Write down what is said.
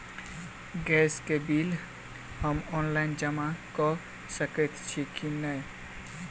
Gas केँ bill हम online जमा कऽ सकैत छी की नै?